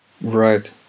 right